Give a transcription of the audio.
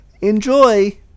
Enjoy